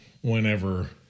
whenever